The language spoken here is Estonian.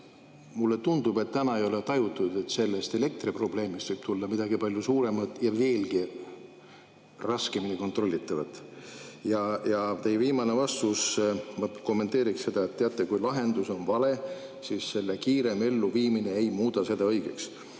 Mulle tundub, et ei ole tajutud, et sellest elektriprobleemist võib tulla midagi palju suuremat ja veelgi raskemini kontrollitavat. Teie viimast vastust ma kommenteeriksin nii, et teate, kui lahendus on vale, siis selle kiirem elluviimine ei muuda seda õigeks. Ma